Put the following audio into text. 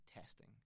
testing